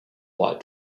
white